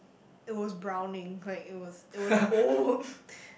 it was browning like it was it was old